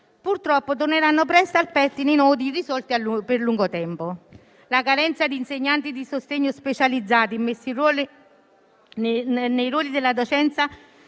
purtroppo, torneranno presto al pettine i nodi irrisolti per lungo tempo. La carenza di insegnanti di sostegno specializzati nei ruoli della docenza